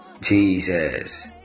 Jesus